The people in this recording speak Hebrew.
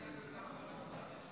את הצעת החוק.